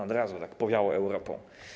Od razu tak powiało Europą.